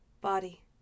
Body